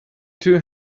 two